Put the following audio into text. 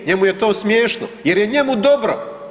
Njemu je to smiješno jer je njemu dobro.